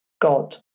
God